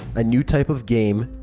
a new type of game.